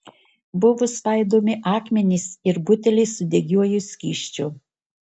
buvo svaidomi akmenys ir buteliai su degiuoju skysčiu